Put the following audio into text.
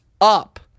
up